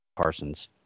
Parsons